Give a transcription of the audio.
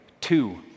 Two